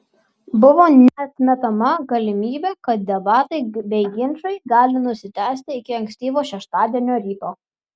buvo neatmetama galimybė kad debatai bei ginčai gali nusitęsti iki ankstyvo šeštadienio ryto